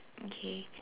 okay